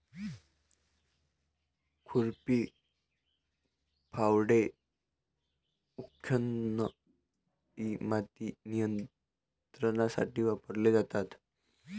खुरपी, फावडे, उत्खनन इ माती नियंत्रणासाठी वापरले जातात